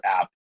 app